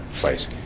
place